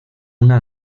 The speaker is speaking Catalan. una